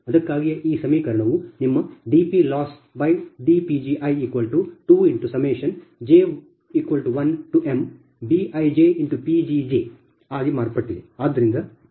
ಅದಕ್ಕಾಗಿಯೇ ಈ ಸಮೀಕರಣವು ನಿಮ್ಮ dPLossdPgi2j1mBijPgj ಆಗಿ ಮಾರ್ಪಟ್ಟಿದೆ